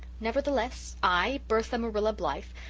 nevertheless i, bertha marilla blythe,